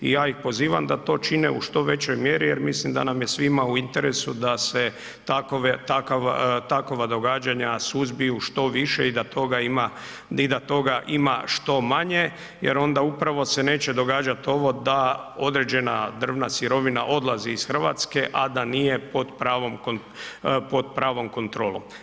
I ja ih pozivam da to čine u što većoj mjeri jer mislim da nam je svima u interesu da se takva događanja suzbiju što više i da toga ima i da toga ima što manje jer onda upravo se neće događati ovo da određena drvna sirovina odlazi iz Hrvatske a da nije pod pravom kontrolom.